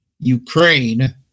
Ukraine